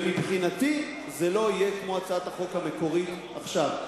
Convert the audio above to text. מבחינתי זה לא יהיה כמו הצעת החוק המקורית עכשיו.